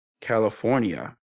California